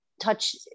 touch